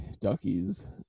duckies